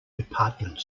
department